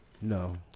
No